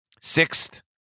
sixth